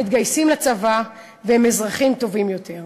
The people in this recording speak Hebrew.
מתגייסים לצבא והם אזרחים טובים יותר.